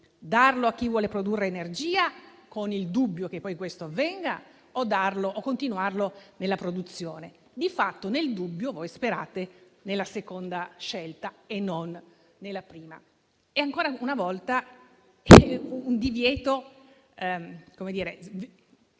darlo a chi vuole produrre energia, con il dubbio che poi questo avvenga, o continuare nella produzione. Nel dubbio, voi sperate nella seconda scelta e non nella prima. Ancora una volta c'è un divieto velato